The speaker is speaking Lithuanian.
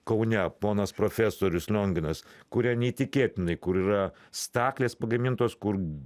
kaune ponas profesorius lionginas kuria neįtikėtinai kur yra staklės pagamintos kur